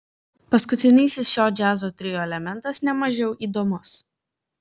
paskutinysis šio džiazo trio elementas ne mažiau įdomus